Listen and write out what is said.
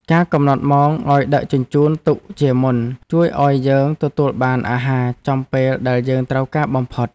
ការកំណត់ម៉ោងឱ្យដឹកជញ្ជូនទុកជាមុនជួយឱ្យយើងទទួលបានអាហារចំពេលដែលយើងត្រូវការបំផុត។